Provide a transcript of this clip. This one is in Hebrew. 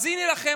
אז הינה לכם,